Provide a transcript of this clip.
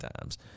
times